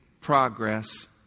progress